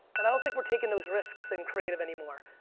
and i don't think we're taking those risks in creative anymore.